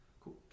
Cool